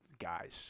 guys